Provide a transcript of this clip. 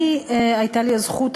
הייתה לי הזכות,